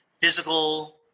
physical